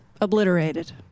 obliterated